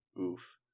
Oof